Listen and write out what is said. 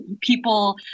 people